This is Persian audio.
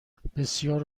بسیار